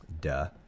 Duh